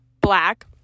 black